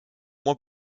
moins